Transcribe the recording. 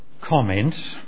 comments